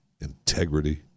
integrity